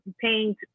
paying